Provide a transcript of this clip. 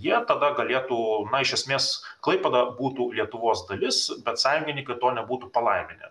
nes jie tada galėtų iš esmės klaipėda būtų lietuvos dalis bet sąjungininkai to nebūtų palaiminę